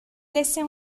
laissait